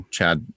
Chad